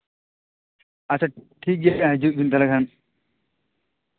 ᱟᱪᱪᱷᱟ ᱴᱷᱤᱠ ᱜᱮᱭᱟ ᱦᱟᱸᱜ ᱦᱤᱡᱩᱜ ᱵᱤᱱ ᱛᱟᱦᱚᱞᱮ ᱠᱷᱟᱱ